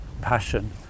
passion